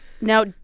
Now